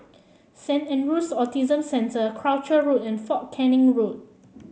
Saint Andrew's Autism Centre Croucher Road and Fort Canning Road